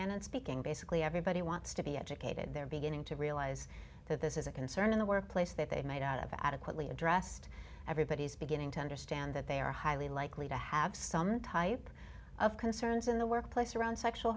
and speaking basically everybody wants to be educated they're beginning to realize that this is a concern in the workplace that they made out of adequately addressed everybody's beginning to understand that they are highly likely to have some type of concerns in the workplace around sexual